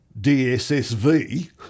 DSSV